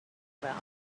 about